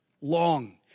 long